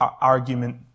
argument